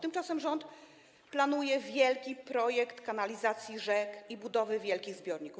Tymczasem rząd planuje wielki projekt kanalizacji rzek i budowy wielkich zbiorników.